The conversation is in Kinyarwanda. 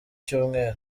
cyumweru